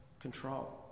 control